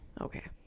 okay